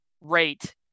rate